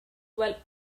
while